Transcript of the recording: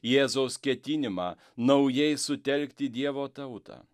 jėzaus ketinimą naujai sutelkti dievo tautą